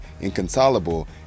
inconsolable